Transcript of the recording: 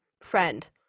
friend